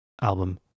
album